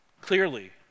clearly